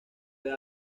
del